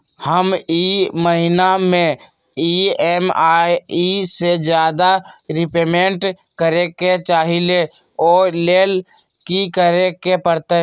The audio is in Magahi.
हम ई महिना में ई.एम.आई से ज्यादा रीपेमेंट करे के चाहईले ओ लेल की करे के परतई?